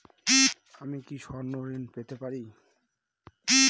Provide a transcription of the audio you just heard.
আমি কি স্বর্ণ ঋণ পেতে পারি?